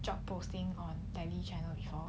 job posting on daily channel before